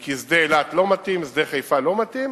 כי שדה אילת לא מתאים, שדה חיפה לא מתאים,